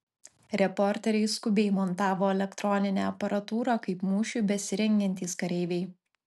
reporteriai skubiai montavo elektroninę aparatūrą kaip mūšiui besirengiantys kareiviai